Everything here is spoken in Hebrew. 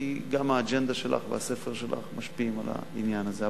כי גם האג'נדה שלך והספר שלך משפיעים על העניין הזה.